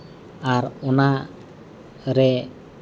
ᱟᱨ ᱚᱱᱟ ᱨᱮ